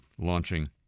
launching